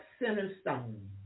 Centerstone